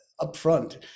upfront